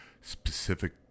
specific